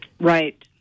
right